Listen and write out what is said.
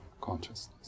consciousness